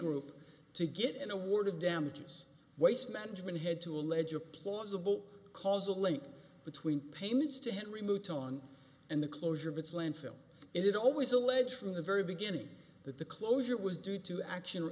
group to get an award of damages waste management had to allege a plausible causal link between payments to henry moved on and the closure of its landfill and it always alleged from the very beginning that the closure was due to act